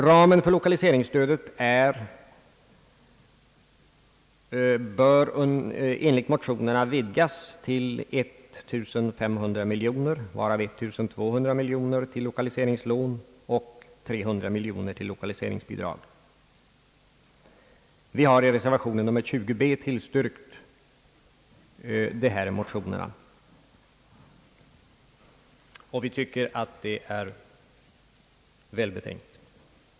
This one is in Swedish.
Ramen för lokaliseringsstödet bör enligt motionerna vidgas till 1500 miljoner kronor, varav 1200 miljoner kronor till lokaliseringslån och 300 miljoner kronor till lokaliseringsbidrag. Vi har i reservation nr 20 Pb tillstyrkt dessa motioner. Vi tycker att förslaget är välbetänkt.